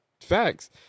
facts